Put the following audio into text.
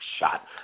Shot